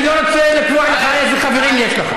אני לא רוצה לקבוע לך איזה חברים יש לך.